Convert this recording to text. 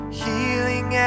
healing